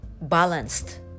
balanced